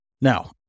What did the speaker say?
Now